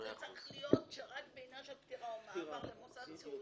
זה צריך להיות שרק בעניין של פטירה או מעבר למוסד סיעודי.